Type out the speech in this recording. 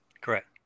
Correct